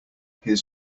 his